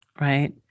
right